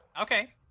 okay